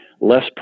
less